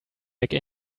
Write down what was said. make